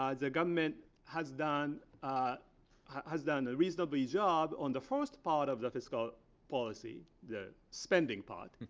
ah the government has done ah has done a reasonable job on the first part of the fiscal policy, the spending part.